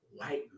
white